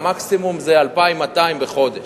והמקסימום זה 2,200 בחודש.